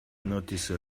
notice